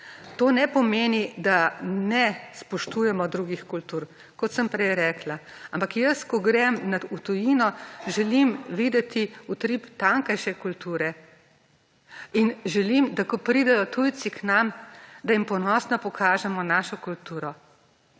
To ne pomeni, da ne spoštujemo drugih kultur kot sem prej rekla, ampak jaz, ko grem v tujino želim videti utrip tamkajšnje kulture in želim, da ko pridejo tujci k nam, da jim ponosno pokažemo našo kulturo